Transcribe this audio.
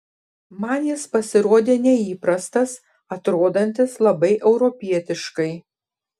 man jis pasirodė neįprastas atrodantis labai europietiškai